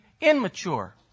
immature